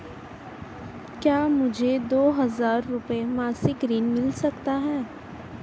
क्या मुझे दो हज़ार रुपये मासिक ऋण मिल सकता है?